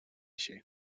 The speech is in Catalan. així